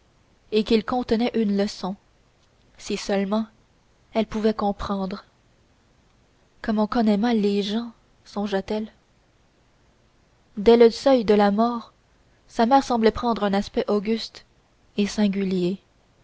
et qu'il contenait une leçon si seulement elle pouvait comprendre comme on connaît mal les gens songea t elle dès le seuil de la mort sa mère semblait prendre un aspect auguste et singulier